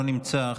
לא נמצא,